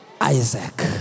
Isaac